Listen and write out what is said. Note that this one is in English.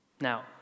Now